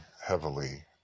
heavily